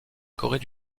corée